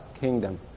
kingdom